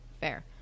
Fair